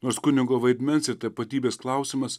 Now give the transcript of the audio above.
nors kunigo vaidmens ir tapatybės klausimas